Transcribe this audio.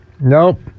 Nope